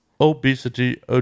obesity